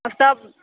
सभ